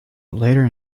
later